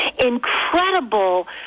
incredible